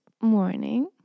morning